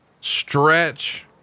stretch